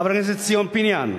חבר הכנסת ציון פיניאן,